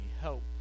help